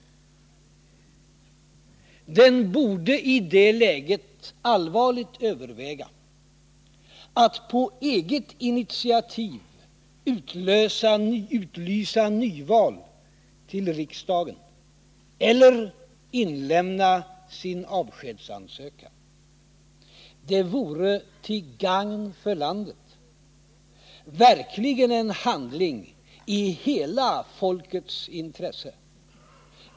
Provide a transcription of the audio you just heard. Den borde i det läget allvarligt överväga att på eget initiativ utlysa nyval till riksdagen eller inlämna sin avskedsansökan. Det vore till gagn för landet, verkligen en handling i hela folkets intresse.